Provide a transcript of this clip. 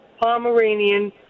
Pomeranian